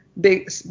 big